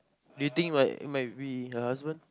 do you think might might be her husband